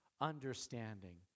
understanding